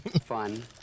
Fun